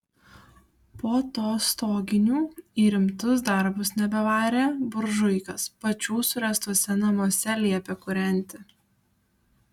po to stoginių į rimtus darbus nebevarė buržuikas pačių suręstuose namuose liepė kūrenti